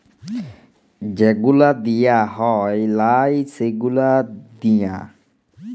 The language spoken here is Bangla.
যে গুলা দিঁয়া হ্যয় লায় সে গুলা দিঁয়া